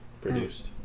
Produced